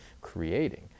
creating